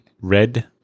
Red